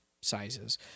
sizes